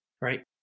right